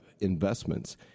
investments